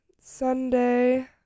Sunday